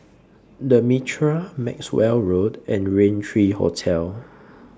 The Mitraa Maxwell Road and Raintr three Hotel